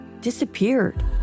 disappeared